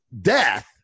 death